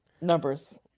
Numbers